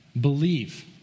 believe